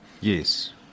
Yes